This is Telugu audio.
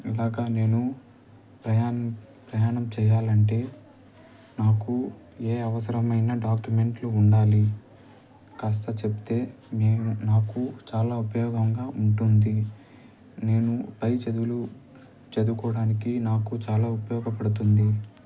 ఇలాగ నేను ప్రయాణం ప్రయాణం చేయాలంటే నాకు ఏ అవసరమైన డాక్యుమెంట్లు ఉండాలి కాస్త చెప్తే నేను నాకు చాలా ఉపయోగంగా ఉంటుంది నేను పై చదువులు చదువుకోవడానికి నాకు చాలా ఉపయోగపడుతుంది